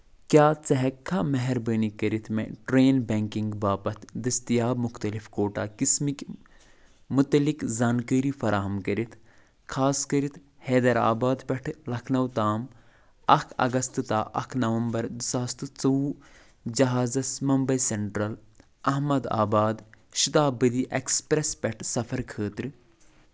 کیاہ ژٕ ہیٚککھا مہربٲنی کٔرتھ مےٚ ٹرین بیٚکنگ باپتھ دٔستیاب مختٔلف کوٹا قٕسمٕکۍ متعلق زانٛکٲری فراہم کٔرتھ خاص کٔرتھ حیدرآباد پؠٹھٕ لکھنو تام اکھ اگست تا اکھ نومبر زٕ ساس تہٕ ژۄوُہ جہازس Mumbai Central Ahmedabad Shatabdi Express پؠٹھ سفر خٲطرٕ